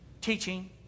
teaching